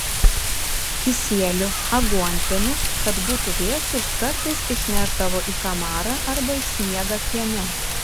kisielių aguonpienį kad būtų vėsūs kartais išnešdavo į kamarą arba į sniegą kieme